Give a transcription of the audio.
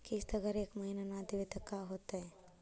किस्त अगर एक महीना न देबै त का होतै?